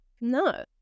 no